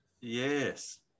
yes